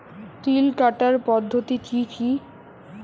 তিল কাটার পদ্ধতি কি কি?